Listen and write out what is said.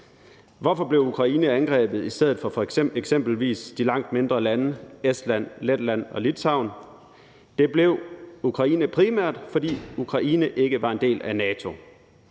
Hvorfor blev Ukraine angrebet i stedet for eksempelvis de langt mindre lande Estland, Letland og Litauen? Det blev Ukraine primært, fordi Ukraine ikke var en del af NATO.